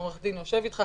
עורך דין יושב איתך,